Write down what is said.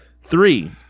Three